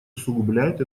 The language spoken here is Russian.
усугубляет